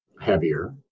heavier